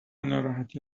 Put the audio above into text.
ناراحتی